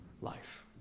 life